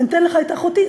אני אתן לך את אחותי.